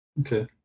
Okay